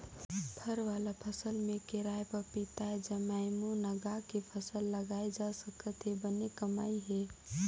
फर वाला फसल में केराएपपीताएजामएमूनगा के फसल लगाल जा सकत हे बने कमई हे